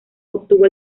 obtuvo